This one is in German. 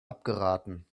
abgeraten